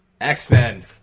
X-Men